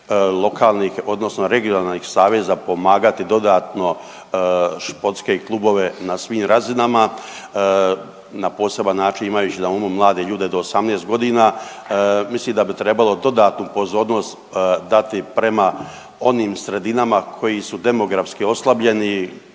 lokalnih odnosno regionalnih saveza pomagati dodatno športske klubove na svim razinama na poseban način imajući na umu mlade ljude do 18 godina. Mislim da bi trebalo dodatnu pozornost dati prema onim sredinama koji su demografski oslabljeni